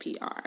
PR